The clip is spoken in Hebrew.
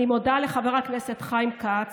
אני מודה לחבר הכנסת חיים כץ,